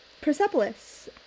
Persepolis